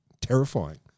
terrifying